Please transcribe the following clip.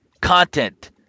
content